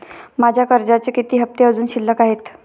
माझे कर्जाचे किती हफ्ते अजुन शिल्लक आहेत?